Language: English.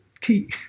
key